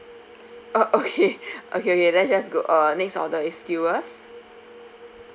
oh okay okay okay then just go uh next order is skewers